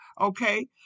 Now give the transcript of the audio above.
Okay